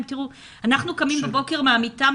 אנחנו קמים בבוקר מהמיטה,